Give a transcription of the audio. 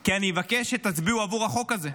כי אני מבקש שתצביעו עבור החוק הזה.